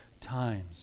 times